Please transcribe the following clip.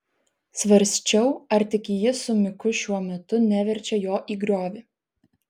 svarsčiau ar tik ji su miku šiuo metu neverčia jo į griovį